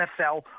NFL